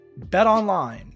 BetOnline